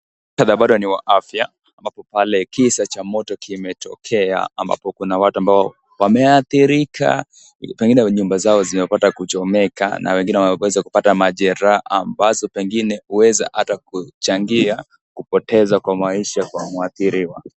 Muktadha bado ni wa afya ambapo pale kisa cha moto kimetokea ambapo kuna watu ambao wameathirika, pengine nyumba zao zimepata kuchomeka na wengine wameweza kupata majeraha ambazo pengine huweza hata kuchangia kupoteza kwa maisha kwa mwathiriwa.